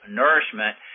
nourishment